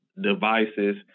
devices